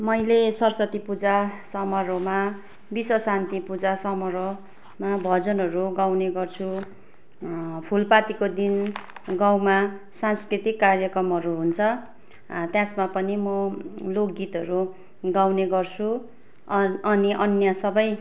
मैले सरस्वती पूजा समारोहमा विश्वशान्ती पूजा समारोहमा भजनहरू गाउने गर्छु फुलपातीको दिन गाउँमा सांस्कृतिक कार्यकमहरू हुन्छ त्यसमा पनि मो लोकगीतहरू गाउने गर्छु अनि अन्य सबै